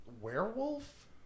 werewolf